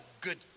good